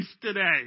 today